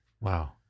Wow